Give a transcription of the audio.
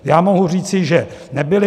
Já mohu říci, že nebyly.